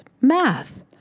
math